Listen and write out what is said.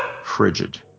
frigid